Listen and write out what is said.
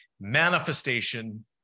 manifestation